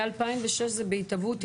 מ-2006 זה בהתהוות?